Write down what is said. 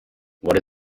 what